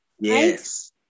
Yes